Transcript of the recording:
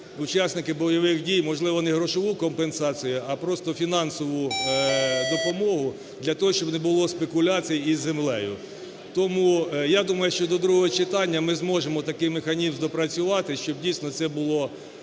учасники бойових дій, можливо, не грошову компенсацію, а просто фінансову допомогу для того, щоб не було спекуляцій із землею. Тому я думаю, що до другого читання ми зможемо такий механізм допрацювати, щоб, дійсно, це було